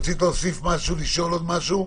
משהו, לשאול עוד משהו?